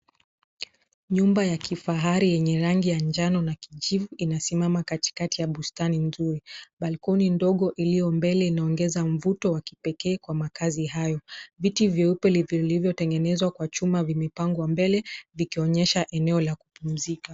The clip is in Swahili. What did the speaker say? Nyumba ya kifahari wenye rangi ya njano na kijivu, inasimama katikati ya bustani nzuri. Balkoni ndogo, iliyo mbele inaongeza mvuto wa kipekee kwa makazi hayo. Viti vyeupe vilivyotengenezwa kwa chuma vimepangwa mbele, vikionyesha eneo la kupumzika.